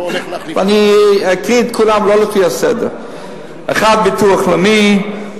אני אקריא את כולם, לא לפי הסדר: ביטוח לאומי,